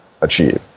achieve